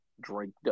drink